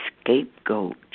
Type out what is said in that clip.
scapegoat